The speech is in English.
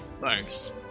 Thanks